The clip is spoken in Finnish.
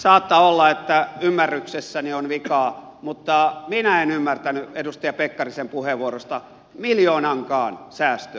saattaa olla että ymmärryksessäni on vikaa mutta minä en ymmärtänyt edustaja pekkarisen puheenvuorosta miljoonankaan säästöä